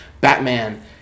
Batman